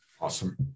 Awesome